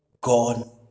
gone